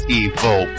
evil